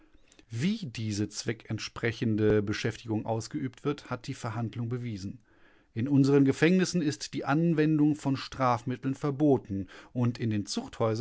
wie diese zweckentsprechende beschäftigung ausgeübt wird hat die verhandlung bewiesen in unseren gefängnissen ist die anwendung von strafmitteln verboten und in den